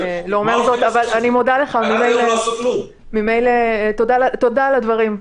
תודה על הדברים.